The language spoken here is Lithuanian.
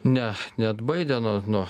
ne neatbaidė nuo nuo